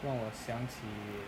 让我想起